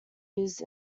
used